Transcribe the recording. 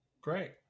Great